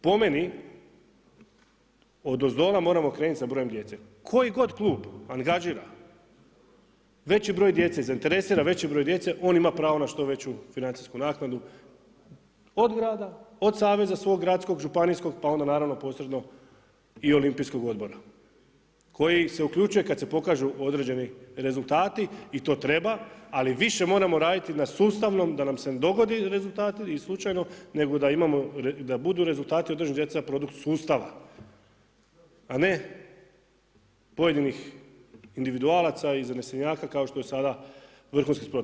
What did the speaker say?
Po meni odozdola moramo krenuti sa brojem djece, koji god klub angažira veći broj djece i zainteresira veći broj djece, on ima pravo na što veću financijsku naknadu od grada, od saveza svog gradskog, županijskog pa onda naravno posredno i Olimpijskog odbora koji se uključuje kada se pokažu određeni rezultati i to treba, ali više moramo raditi na sustavom da nam se ne dogodi rezultati slučajno nego da budu rezultati … produkt sustava, a ne pojedinih individualaca i zanesenjaka kao što je sada vrhunski sport.